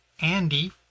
Andy